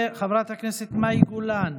חברת הכנסת מאי גולן,